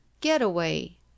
getaway